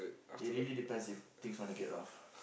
it really depends if things want to get rough